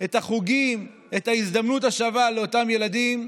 את החוגים, את ההזדמנות השווה לאותם ילדים,